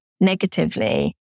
negatively